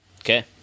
Okay